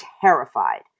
terrified